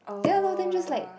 then a lot of them just like